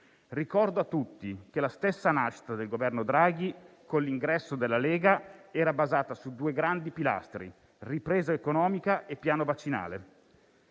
Ricordo a tutti che la stessa nascita del Governo Draghi, con l'ingresso della Lega, era basata su due grandi pilastri: ripresa economica e piano vaccinale.